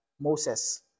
Moses